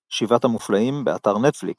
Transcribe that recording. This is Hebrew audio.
"שבעת המופלאים", באתר נטפליקס